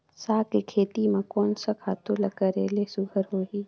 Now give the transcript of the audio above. साग के खेती म कोन स खातु ल करेले सुघ्घर होही?